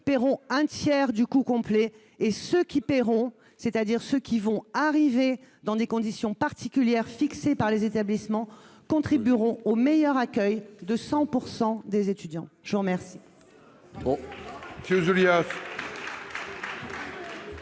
paieront un tiers du coût complet de leurs études et ceux qui paieront, c'est-à-dire ceux qui viendront dans des conditions particulières fixées par les établissements, contribueront au meilleur accueil de 100 % des étudiants. Incroyable